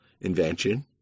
invention